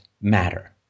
matter